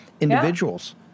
individuals